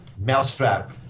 mousetrap